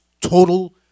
total